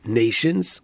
nations